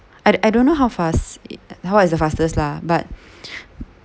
I d~ I don't know how fast it what is the fastest lah but